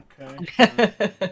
okay